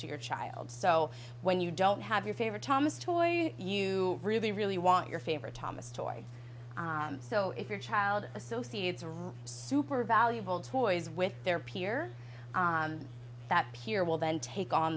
to your child so when you don't have your favorite thomas toy you really really want your favorite thomas toy so if your child associates a super valuable tool is with their peer that peer will then take on